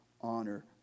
honor